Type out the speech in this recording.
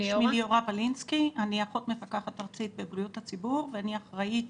אני אחות מפקחת ארצית בבריאות הציבור ואני אחראית